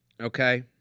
okay